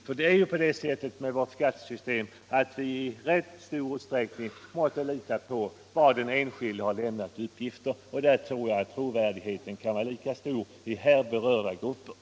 Vårt skattesystem är ju sådant att vi i rätt stor utsträckning måste lita på de uppgifter den enskilde lämnar. Jag anser att den här gruppens trovärdighet är lika stor som andra gruppers.